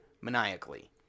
maniacally